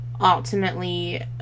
ultimately